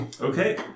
Okay